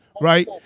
right